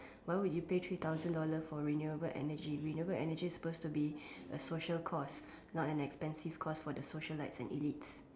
why would you pay three thousand dollars for renewable energy renewable energy is supposed to be a social cost not an expensive cost for the socialites and elites